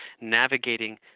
navigating